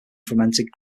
fermented